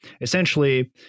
essentially